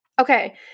Okay